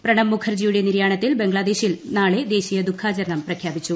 പ്രണബ്മുഖർജിയുടെ നിര്യാണത്തിൽ ബംഗ്ലാദേശിൽ നാളെ ദേശീയ ദുഃഖാചരണം പ്രഖ്യാപിച്ചു